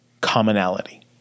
commonality